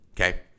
Okay